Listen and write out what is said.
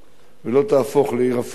ולא תהפוך לעיר אפריקנית,